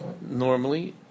normally